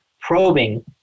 probing